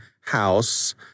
house